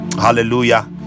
Hallelujah